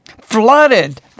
Flooded